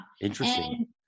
Interesting